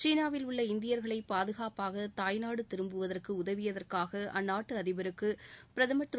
சீனாவில் உள்ள இந்தியர்களை பாதுகாப்பாக தாய்நாடு திரும்புவதற்கு உதவியதற்காக அந்நாட்டு அதிபருக்கு பிரதம் திரு